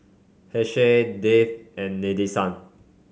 Haresh Dev and Nadesan